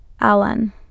Alan